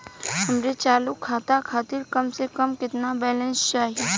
हमरे चालू खाता खातिर कम से कम केतना बैलैंस चाही?